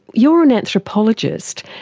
you're an anthropologist,